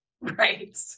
Right